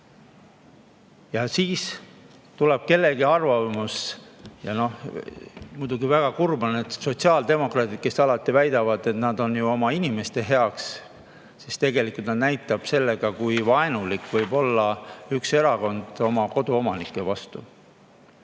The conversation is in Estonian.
Ja siis tuleb kellegi arvamus – ja muidugi väga kurb on, et sotsiaaldemokraadid, kes alati väidavad, et nad [seisavad] oma inimeste eest, tegelikult näitavad sellega, kui vaenulik võib olla üks erakond koduomanike vastu. See